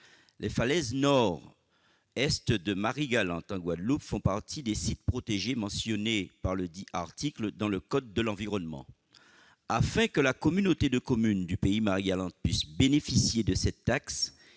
Les falaises nord-est de Marie-Galante en Guadeloupe font partie des sites protégés mentionnés par ledit article dans le code de l'environnement. Afin que la communauté de communes de Marie-Galante puisse bénéficier de cette taxe,